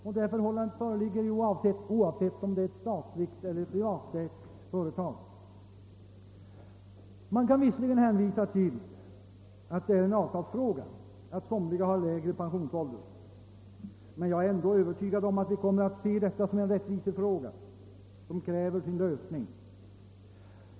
Det förhållandet föreligger nu oavsett om det är ett statligt eller privatägt företag. Man kan visserligen hänvisa till att det är en avtalsfråga att somliga har lägre pensionsålder, men jag är ändå övertygad om att vi kommer att se det som en rättvisefråga som kräver sin lösning.